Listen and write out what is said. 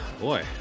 boy